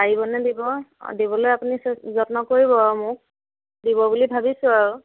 পাৰিবনে দিব দিবলৈ আপুনি যত্ন কৰিব আৰু মোক দিব বুলি ভাবিছোঁ আৰু